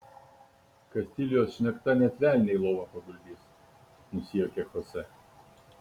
kastilijos šnekta net velnią į lovą paguldys nusijuokė chose